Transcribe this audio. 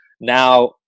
Now